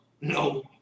No